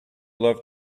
love